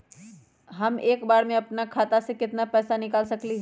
हम एक बार में अपना खाता से केतना पैसा निकाल सकली ह?